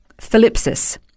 philipsis